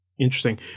Interesting